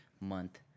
month